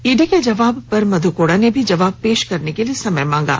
ED के जवाब पर मध्य कोड़ा ने भी जवाब पेश करने के लिए समय मांगा